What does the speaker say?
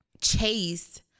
chase